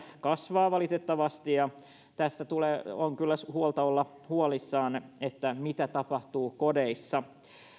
kasvavat valitettavasti ja tästä on kyllä syytä olla huolissaan että mitä tapahtuu kodeissa